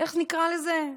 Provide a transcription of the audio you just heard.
איך נקרא לזה?